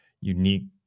unique